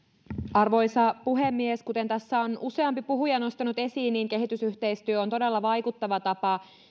arvoisa puhemies kuten tässä on useampi puhuja nostanut esiin kehitysyhteistyö on todella vaikuttava tapa